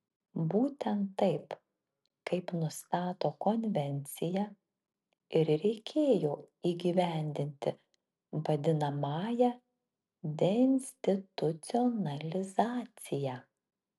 būtent taip kaip nustato konvencija ir reikėjo įgyvendinti vadinamąją deinstitucionalizaciją